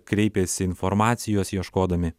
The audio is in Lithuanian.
kreipėsi informacijos ieškodami